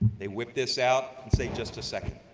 they whip this out and say, just a second.